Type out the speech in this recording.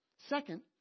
Second